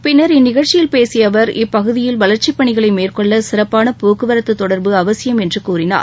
பின்னர் இந்நிகழ்ச்சியில் பேசிய அவர் இப்பகுதியில் வளர்ச்சிப் பணிகளை மேற்கொள்ள சிறப்பான போக்குவரத்து தொடர்பு அவசியம் என்று கூறினார்